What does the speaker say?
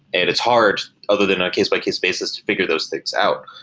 it's hard other than our case-by-case basis to figure those things out.